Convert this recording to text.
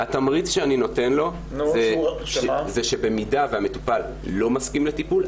התמריץ שאני נותן לו זה שבמידה והמטופל לא מסכים לטיפול,